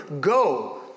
go